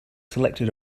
selected